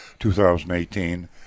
2018